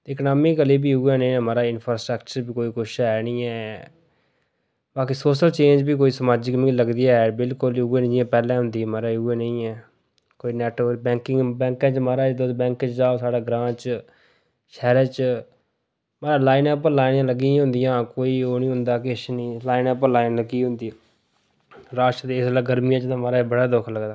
economically बी उयै नेहा इंफरास्टर्कचर बी कोई कुछ ऐ नेईं ऐ बाकी सोशल चेंज बी कोई समाजिक मिगी लगदी ऐ बिलकुल उयै जनेही पैह्ले होंदी ही महाराज उयै नेही ऐ कोई नेटवर्क बैंका च महारज तुस बैंका च जाओ साढ़े ग्रां च शैह्रा च लाइनें पर लाइना लग्गी दियां होंदियां कोई ओह् नेईं होंदा कोई नेईं ऐ लाइनें पर लाइनां लग्गी दियां होंदियां रश ते इसलै गर्मियें च ते महाराज बड़ा दुख लगदा